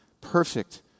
perfect